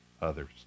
others